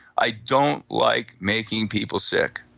i don't like making people sick.